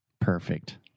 Perfect